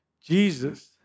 Jesus